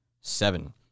seven